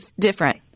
different